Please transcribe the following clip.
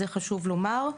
ואת זה חשוב לומר.